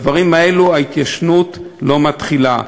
בדברים האלה ההתיישנות לא מתחילה.